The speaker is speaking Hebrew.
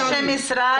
בורחים.